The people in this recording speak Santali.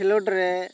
ᱠᱷᱮᱞᱚᱰ ᱨᱮ